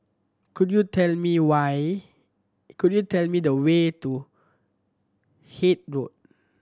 could you tell me why could you tell me the way to Hythe Road